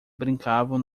brincavam